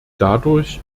dadurch